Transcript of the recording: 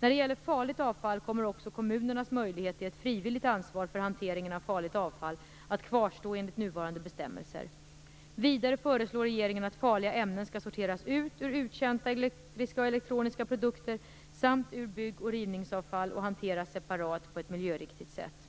När det gäller farligt avfall kommer också kommunernas möjlighet till ett frivilligt ansvar för hanteringen av farligt avfall att kvarstå enligt nuvarande bestämmelser. Vidare föreslår regeringen att farliga ämnen skall sorteras ut ur uttjänta elektriska och elektroniska produkter samt ur bygg och rivningsavfall och hanteras separat på ett miljöriktigt sätt.